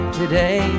today